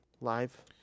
live